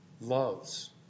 loves